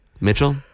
Mitchell